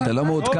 אתה לא מעודכן.